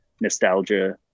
nostalgia